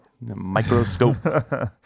Microscope